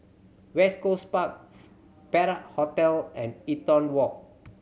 West Coast Park Perak Hotel and Eaton Walk